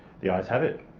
the ayes have it.